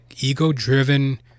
Ego-driven